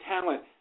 talent